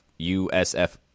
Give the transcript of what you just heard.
USF